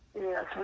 Yes